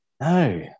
no